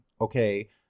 okay